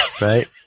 right